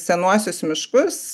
senuosius miškus